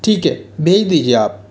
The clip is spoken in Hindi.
ठीक है भेज दीजिए आप